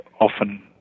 often